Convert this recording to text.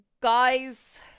guys